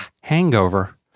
hangover